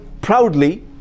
proudly